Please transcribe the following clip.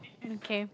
okay